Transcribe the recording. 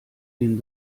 den